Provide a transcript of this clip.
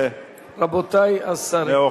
רבותי השרים.